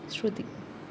श्रुतिः